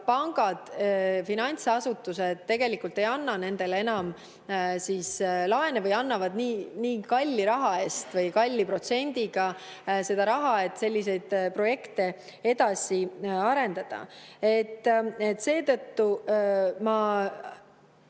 Pangad, finantsasutused tegelikult ei anna nendele enam laene või annavad nii kalli raha eest või kalli protsendiga seda raha, et selliseid projekte edasi arendada [pole mõtet].Seetõttu ma